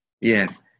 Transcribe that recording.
Yes